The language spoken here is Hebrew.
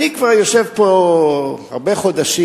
אני כבר יושב פה הרבה חודשים,